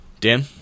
Dan